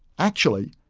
actually,